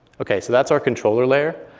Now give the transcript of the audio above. ok, so that's our controller layer.